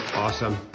Awesome